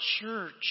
church